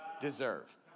deserve